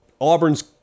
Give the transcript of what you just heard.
Auburn's